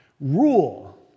Rule